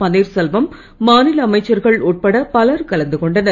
பன்னீர்செல்வம் மாநில அமைச்சர்கள் உட்பட பலர் கலந்துகொண்டனர்